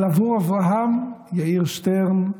אבל עבור אברהם יאיר שטרן,